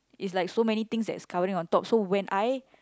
is like so many things that's covering on top so when I